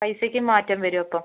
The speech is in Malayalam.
പൈസയ്ക്ക് മാറ്റം വരും അപ്പം